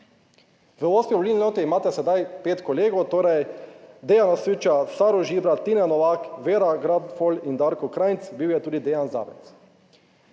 V osmi volilni enoti imate sedaj pet kolegov, torej Dejana Süča, Saro Žibrat, Tine Novak, Vera Granfol in Darko Krajnc, bil je tudi Dejan Zavec.